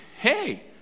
Hey